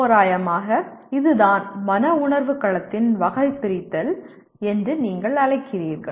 தோராயமாக இதுதான் மன உணர்வு களத்தின் வகைபிரித்தல் என்று நீங்கள் அழைக்கிறீர்கள்